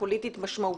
פוליטית משמעותית,